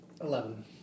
Eleven